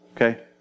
Okay